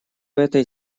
этой